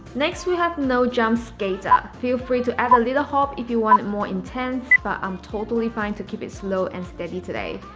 next we have no jumps skater. feel free to add a little hop if you want more intensity, but i'm totally fine to keep it slow and steady today